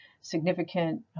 significant